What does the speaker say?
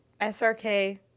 SRK